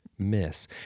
miss